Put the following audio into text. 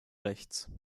rechts